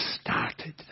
started